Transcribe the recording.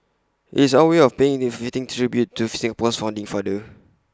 IT is our way of paying A fitting tribute to Singapore's founding father